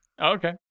Okay